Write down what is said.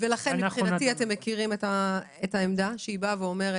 אתם מכירים את העמדה שלנו.